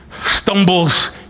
stumbles